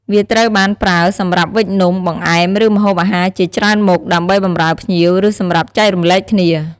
វាត្រូវបានប្រើសម្រាប់វេចនំ បង្អែម ឬម្ហូបអាហារជាច្រើនមុខ ដើម្បីបម្រើភ្ញៀវ ឬសម្រាប់ចែករំលែកគ្នា។